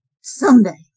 someday